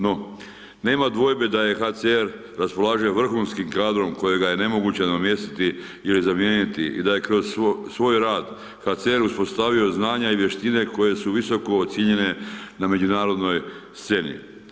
No, nema dvojbe da je HCR raspolaže vrhunskim kadrom kojega je nemoguće nadomjestiti ili zamijeniti, i da je kroz svoj rad, HCR uspostavio znanja i vještine koje su visoko ocijenjene na međunarodnoj sceni.